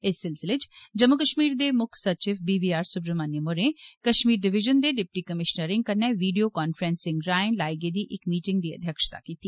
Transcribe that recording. इस सिलसिले च जम्मू कश्मीर दे मुक्ख सचिव वी बी आर सुब्रह्मणयम होरे कश्मीर डिविजन दे डिप्टी कमीशनरें कन्नै वीडियो कांफ्रैंसिंग राहें लाई गेदी इक मीटिंग दी अघ्यक्षता कीती